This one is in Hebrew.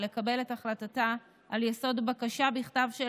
לקבל את החלטתה על יסוד בקשה בכתב של